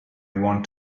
want